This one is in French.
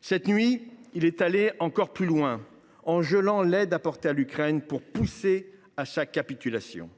Cette nuit, il est allé encore plus loin en gelant l’aide apportée à l’Ukraine pour pousser à sa capitulation.